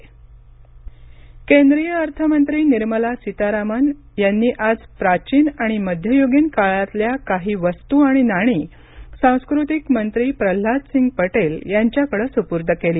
सीतारामन नाणी केंद्रीय अर्थमंत्री निर्मला सीतारामन यांनी आज प्राचीन आणि मध्ययुगीन काळातल्या काही वस्तू आणि नाणी सांस्कृतिक मंत्री प्रह्नाद सिंह पटेल यांच्याकडे सुपूर्द केली